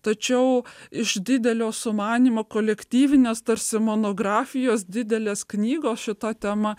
tačiau iš didelio sumanymo kolektyvines tarsi monografijos didelės knygos šita tema